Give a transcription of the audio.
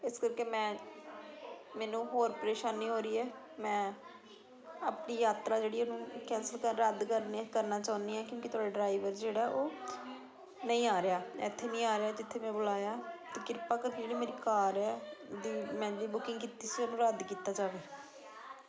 ਇਸ ਕਰਕੇ ਮੈਂ ਮੈਨੂੰ ਹੋਰ ਪਰੇਸ਼ਾਨੀ ਹੋ ਰਹੀ ਹੈ ਮੈਂ ਆਪਣੀ ਯਾਤਰਾ ਜਿਹੜੀ ਉਹਨੂੰ ਕੈਂਸਲ ਰੱਦ ਕਰਨੇ ਕਰਨਾ ਚਾਹੁੰਦੀ ਹਾਂ ਕਿਉਂਕਿ ਤੁਹਾਡਾ ਡਰਾਈਵਰ ਜਿਹੜਾ ਉਹ ਨਹੀਂ ਆ ਰਿਹਾ ਇੱਥੇ ਨਹੀਂ ਆ ਰਿਹਾ ਜਿੱਥੇ ਮੈਂ ਬੁਲਾਇਆ ਅਤੇ ਕਿਰਪਾ ਜਿਹੜੀ ਮੇਰੀ ਕਾਰ ਹੈ ਦੀ ਮੈਂ ਜਿਹੜੀ ਬੁਕਿੰਗ ਕੀਤੀ ਸੀ ਉਹਨੂੰ ਰੱਦ ਕੀਤਾ ਜਾਵੇ